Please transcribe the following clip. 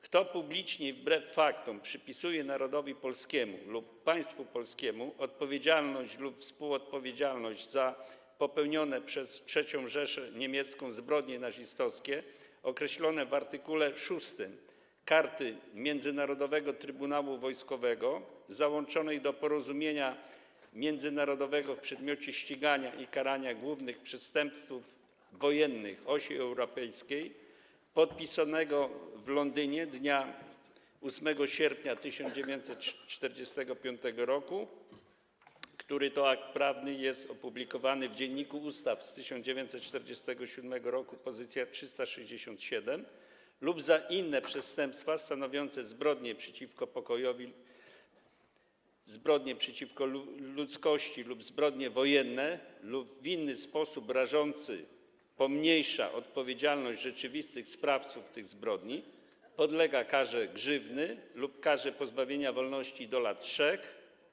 Kto publicznie i wbrew faktom przypisuje Narodowi Polskiemu lub Państwu Polskiemu odpowiedzialność lub współodpowiedzialność za popełnione przez III Rzeszę Niemiecką zbrodnie nazistowskie określone w art. 6 Karty Międzynarodowego Trybunału Wojskowego załączonej do Porozumienia międzynarodowego w przedmiocie ścigania i karania głównych przestępców wojennych Osi Europejskiej, podpisanego w Londynie dnia 8 sierpnia 1945 r. (który to akt prawny jest opublikowany w Dz. U. z 1947 r. poz. 367) lub za inne przestępstwa stanowiące zbrodnie przeciwko pokojowi, zbrodnie przeciwko ludzkości lub zbrodnie wojenne lub w inny sposób rażąco pomniejsza odpowiedzialność rzeczywistych sprawców tych zbrodni, podlega karze grzywny lub karze pozbawienia wolności do lat 3.